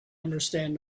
understand